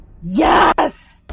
Yes